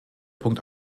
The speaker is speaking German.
punkt